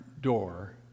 door